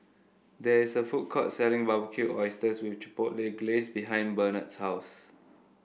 there is a food court selling Barbecued Oysters with Chipotle Glaze behind Bernhard's house